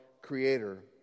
Creator